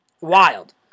Wild